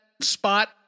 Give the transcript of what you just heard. spot